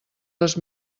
les